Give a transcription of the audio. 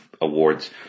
Awards